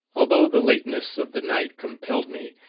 although the lateness of the night compelled me,